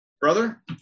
brother